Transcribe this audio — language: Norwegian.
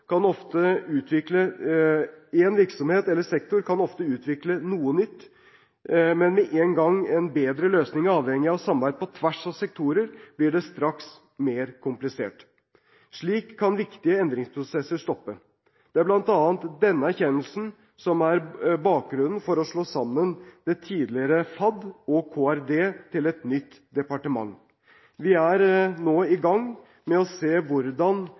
kan ofte utvikle noe nytt, men med en gang en bedre løsning er avhengig av samarbeid på tvers av sektorer, blir det straks mer komplisert. Slik kan viktige endringsprosesser stoppe. Det er bl.a. denne erkjennelsen som er bakgrunnen for å slå sammen det tidligere Fornyings- og administrasjonsdepartementet og Kommunal- og regionaldepartementet til et nytt departement. Vi er nå i gang med å se hvordan